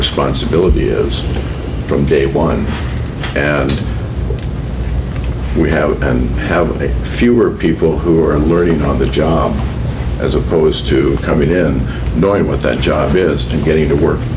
responsibility is from day one and we have and have fewer people who are learning on the job as opposed to coming in knowing what that job is and getting to work